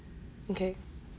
okay